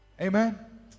Amen